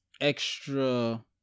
extra